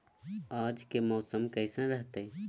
आज के मौसम कैसन रहताई?